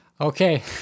Okay